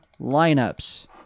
lineups